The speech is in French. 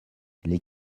les